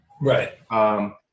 Right